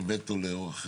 כווטו לאורך